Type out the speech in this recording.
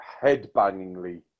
head-bangingly